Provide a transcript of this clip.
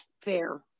fair